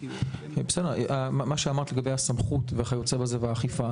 מה שאמרת לגבי הסכמות וכיו"ב והאכיפה,